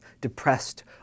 depressed